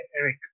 Eric